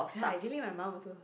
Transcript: ya I dealing my mum also